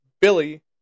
Billy